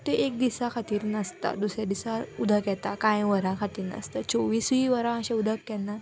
फक्त एक दिसा खातीर नासता दुसऱ्या दिसा उदक येता कांय वरां खातीर नासता चोविसूय वरां अशें उदक केन्ना